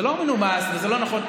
זה לא מנומס וזה לא נכון.